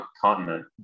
continent